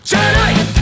Tonight